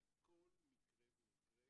על כל מקרה ומקרה